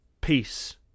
Peace